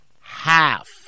half